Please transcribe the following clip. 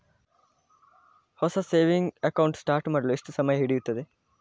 ಹೊಸ saving account start ಮಾಡಲು ಎಷ್ಟು ಸಮಯ ಹಿಡಿಯುತ್ತದೆ?